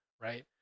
right